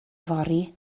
fory